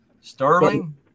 Sterling